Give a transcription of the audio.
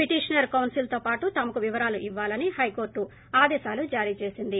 petitioner కౌన్సిల్తో పాటు తమకు వివరాలు ఇవ్వాలని హైకోర్టు ఆదేశాలు జారీ చేసింది